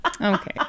Okay